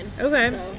Okay